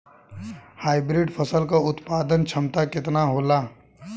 Hybrid फसल क उत्पादन क्षमता केतना होला?